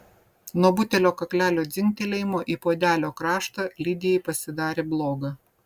nuo butelio kaklelio dzingtelėjimo į puodelio kraštą lidijai pasidarė bloga